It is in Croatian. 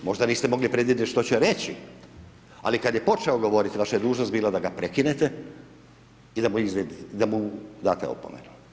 Možda niste mogli predvidjeti što će reći ali kad je počeo govoriti, vaša je dužnost bila da ga prekinete i da mu date opomenu.